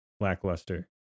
lackluster